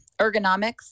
Ergonomics